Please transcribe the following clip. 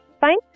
Fine